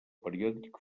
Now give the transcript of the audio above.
periòdic